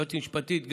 יועצת משפטית,